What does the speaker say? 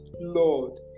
Lord